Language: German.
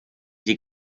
sie